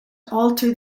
alter